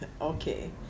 okay